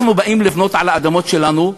אנחנו באים לבנות על האדמות שלנו,